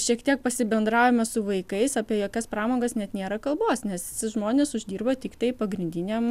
šiek tiek pasibendraujame su vaikais apie jokias pramogas net nėra kalbos nes žmonės uždirba tiktai pagrindiniam